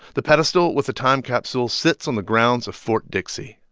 the pedestal with the time capsule sits on the grounds of fort dixie